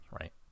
right